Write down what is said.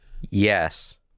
yes